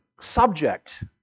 subject